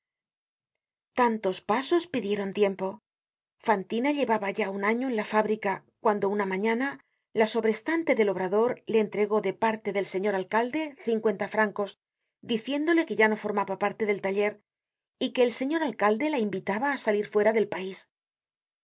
tantos pasos pidieron tiempo fantina llevaba ya un año en la fábrica cuando una mañana la sobrestante del obrador le entregó de parte del señor alcalde cincuenta francos diciéndole que ya no formaba parte del taller y que el señor alcalde la invitaba á salir fuera del pais